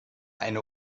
eine